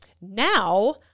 Now